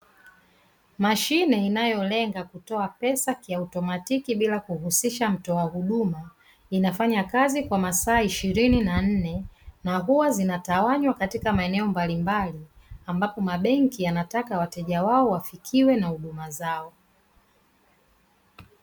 Mashine inayolenga kutoa pesa kiautomatiki bila kuhusisha mtoa huduma, inafanya kazi kwa masaa ishirini na nne na hua zinatawanywa katika maeneo mbalimbali, ambapo mabenki yanataka wateja wao wafikiwe na huduma zao.